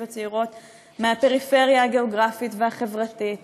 וצעירות מהפריפריה הגיאוגרפית והחברתית,